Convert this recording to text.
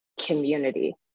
community